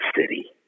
city